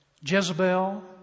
Jezebel